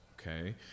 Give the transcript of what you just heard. okay